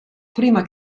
prima